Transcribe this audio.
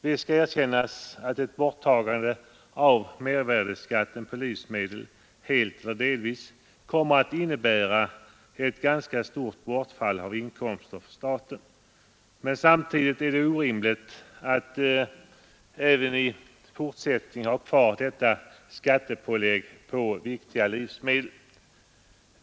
Visst skall erkännas att ett borttagande helt eller delvis av mervärdeskatten på livsmedel kommer att innebära ett ganska stort bortfall av inkomster för staten. Men samtidigt är det orimligt att även i fortsättningen ha kvar detta skattepålägg på viktiga livsmedel.